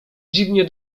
dziwnie